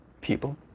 people